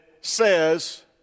says